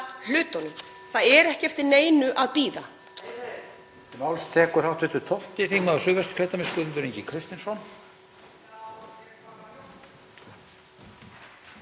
hlutum. Það er ekki eftir neinu að bíða.